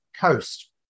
coast